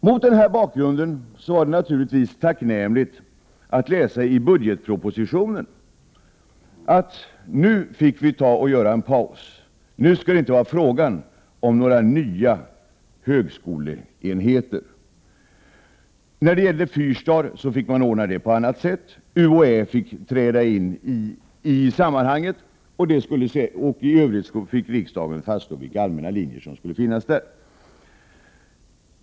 Mot den här bakgrunden var det naturligtvis tacknämligt att i budgetpropositionen kunna läsa att vi nu får ta en paus; nu skall det inte bli fråga om några nya högskoleenheter. I propositionen föreslår man att högskoleutbildningen i Fyrstadsområdet skall anordnas på ett annat sätt än genom inrättande av en ny högskoleenhet. Man föreslår att UHÄ skall träda in i sammanhanget och att riksdag och regering i övrigt skall besluta vilka allmänna utbildningslinjer som skall finnas där.